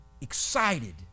excited